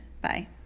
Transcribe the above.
Bye